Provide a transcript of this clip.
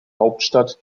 hauptstadt